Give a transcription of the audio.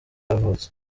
yavutse